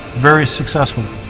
very successfully